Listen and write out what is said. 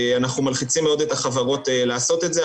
אנחנו מלחיצים מאוד את החברות לעשות את זה,